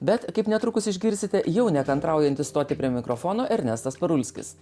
bet kaip netrukus išgirsite jau nekantraujantis stoti prie mikrofono ernestas parulskis